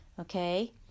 okay